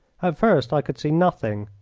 at first i could see nothing,